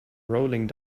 rolling